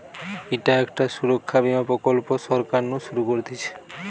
ইটা একটা সুরক্ষা বীমা প্রকল্প সরকার নু শুরু করতিছে